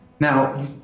Now